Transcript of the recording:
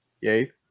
yay